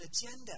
agenda